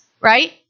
right